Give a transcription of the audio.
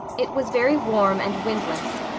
it was very warm and windless,